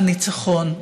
הניצחון.